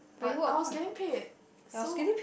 but I was getting paid so